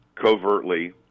covertly